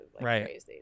right